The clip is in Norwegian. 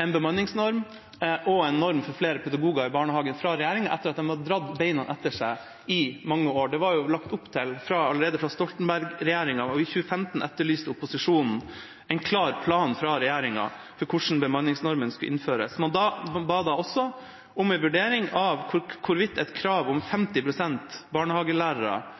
en bemanningsnorm og en norm for flere pedagoger i barnehagen fra regjeringa, etter at de hadde dratt beina etter seg i mange år. Det var det lagt opp til allerede av Stoltenberg-regjeringa, og i 2015 etterlyste opposisjonen en klar plan fra regjeringa for hvordan bemanningsnormen skulle innføres. Man ba da også om en vurdering av hvorvidt et krav om 50 pst. barnehagelærere